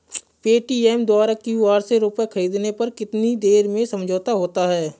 Paytm द्वारा QR से रूपए ख़रीदने पर कितनी देर में समझौता होता है?